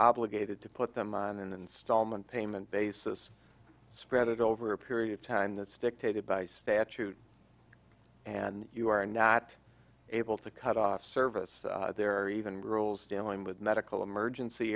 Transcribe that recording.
obligated to put them on an installment payment basis spread it over a period of time that's dictated by statute and you are not able to cut off service there are even rules dealing with medical emergency